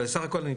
אבל סך הכל,